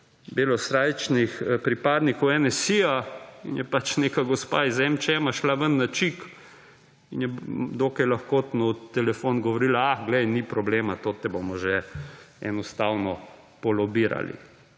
belosrajčnih pripadnikov NSi in je pač neka gospa iz Emčema šla ven na čik in je dokaj lahkotno v telefon govorila, ah glej, ni problema, to te bomo že enostavno polobirali.